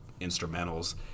instrumentals